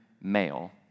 male